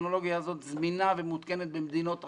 הטכנולוגיה הזאת זמינה ומעודכנת במדינות רבות.